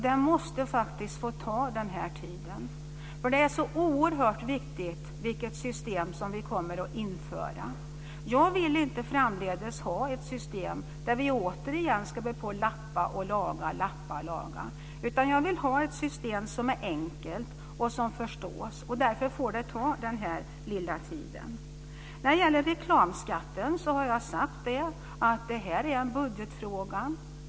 Det måste faktiskt få ta denna tid, för det är så oerhört viktigt vilket system vi kommer att införa. Jag vill inte framdeles ha ett system där vi återigen ska lappa och laga, utan jag vill ha ett system som är enkelt och som förstås. Därför får det ta denna lilla tid. När det gäller reklamskatten har jag sagt att det är en budgetfråga.